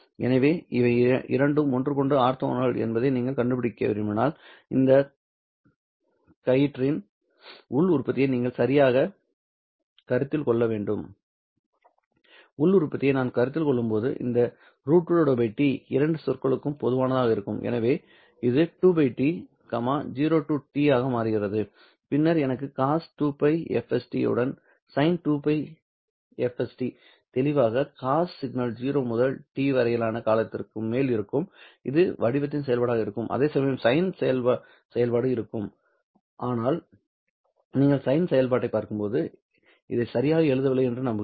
எனவே இவை இரண்டும் ஒன்றுக்கொன்று ஆர்த்தோகனல் என்பதை நீங்கள் கண்டுபிடிக்க விரும்பினால் இந்த கயிறின் உள் உற்பத்தியை நீங்கள் சரியாகக் கருத்தில் கொள்ள வேண்டும் உள் உற்பத்தியை நான் கருத்தில் கொள்ளும்போது இந்த √2 T இரண்டு சொற்களுக்கும் பொதுவானதாக இருக்கும் எனவே இது 2 T 0 to t ஆக மாறுகிறது பின்னர் எனக்கு cos 2πfst உள்ளது sin 2πfst தெளிவாக cos சிக்னல் 0 முதல் t வரையிலான காலத்திற்கு மேல் இருக்கும் இது இந்த வடிவத்தின் செயல்பாடாக இருக்கும் அதேசமயம் sin செயல்பாடு இருக்கும் ஆனால் நீங்கள் sin செயல்பாட்டைப் பார்க்கும்போது இதை சரியாக எழுதவில்லை என்று நம்புகிறேன்